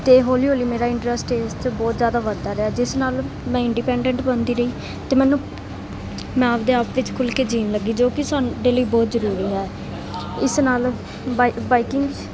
ਅਤੇ ਹੌਲੀ ਹੌਲੀ ਮੇਰਾ ਇੰਟਰਸਟ ਇਸ 'ਚ ਬਹੁਤ ਜ਼ਿਆਦਾ ਵਧਦਾ ਰਿਹਾ ਜਿਸ ਨਾਲ ਮੈਂ ਇੰਡੀਪੈਂਡੈਂਟ ਬਣਦੀ ਰਹੀ ਅਤੇ ਮੈਨੂੰ ਮੈਂ ਆਪਣੇ ਆਪਣੇ ਵਿੱਚ ਖੁੱਲ੍ਹ ਕੇ ਜਿਉਣ ਲੱਗੀ ਜੋ ਕਿ ਸਾਡੇ ਲਈ ਬਹੁਤ ਜ਼ਰੂਰੀ ਹੈ ਇਸ ਨਾਲ ਬਾਈ ਬਾਈਕਿੰਗ